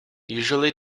usually